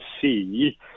see